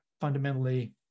fundamentally